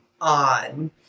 on